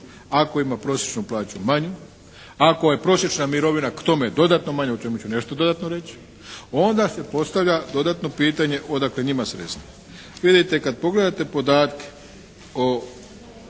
ako ima prosječnu plaću manju, ako je prosječna mirovina k tome dodatno manja o čemu ću nešto dodatno reći, onda se postavlja dodatno pitanje odakle njima sredstva. Vidite kada pogledate podatke o